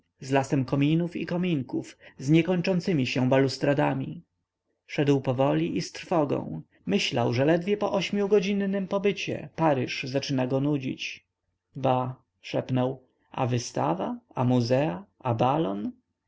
z lasem kominów i kominków z niekonczącemi się balustradami szedł powoli i z trwogą myślał że ledwie po ośmiugodzinnym pobycie paryż zaczyna go nudzić bah szepnął a wystawa a muzea a